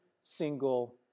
single